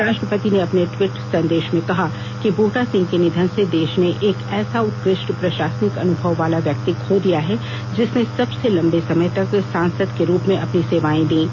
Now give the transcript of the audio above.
राष्ट्रपति ने अपने ट्वीट संदेश में कहा कि बूटा सिंह के निधन से देश ने एक ऐसा उत्कृष्ट प्रशासनिक अनुभव वाला व्यक्ति खो दिया है जिसने सबसे लंबे समय तक सांसद के रूप में अपनी सेवाए दीं